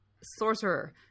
Sorcerer